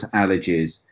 allergies